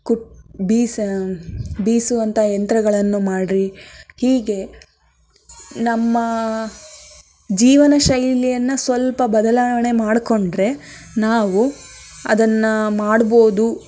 ಕುಟ್ಟಿ ಬೀಸ ಬೀಸುವಂಥ ಯಂತ್ರಗಳನ್ನು ಮಾಡಿರಿ ಹೀಗೆ ನಮ್ಮ ಜೀವನ ಶೈಲಿಯನ್ನು ಸ್ವಲ್ಪ ಬದಲಾವಣೆ ಮಾಡ್ಕೊಂಡ್ರೆ ನಾವು ಅದನ್ನು ಮಾಡ್ಬೋದು